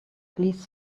please